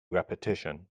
repetition